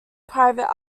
private